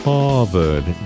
Harvard